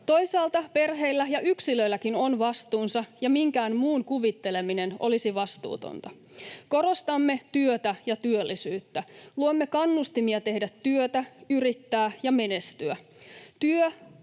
Toisaalta perheillä ja yksilöilläkin on vastuunsa, ja minkään muun kuvitteleminen olisi vastuutonta. Korostamme työtä ja työllisyyttä. Luomme kannustimia tehdä työtä, yrittää ja menestyä. Työ